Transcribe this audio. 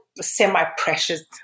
semi-precious